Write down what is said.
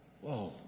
Whoa